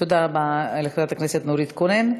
תודה רבה לחברת הכנסת נורית קורן.